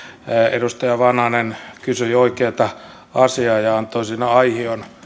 edustaja vanhanen kysyi oikeata asiaa ja antoi siinä aihion myös